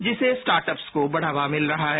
जिससे स्टार्टस्प को बढ़ावा मिल रहा है